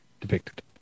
depicted